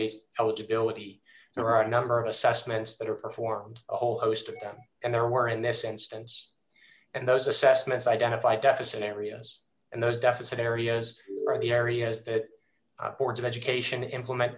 eligibility there are a number of assessments that are performed a whole host of them and there were in this instance and those assessments identified deficit areas and those deficit areas are the areas that boards of education implement